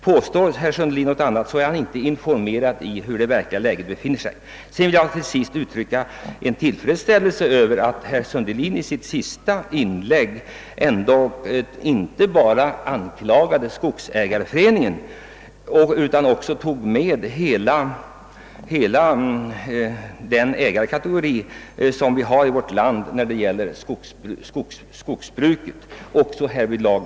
Påstår herr Sundelin något annat, så är han inte informerad om det verkliga läget. Jag vill till sist uttrycka min tillfredsställelse över att herr Sundelin i sitt senaste anförande inte anklagade bara skogsägareföreningarna utan tog med alla kategorier inom skogsbruket i vårt land.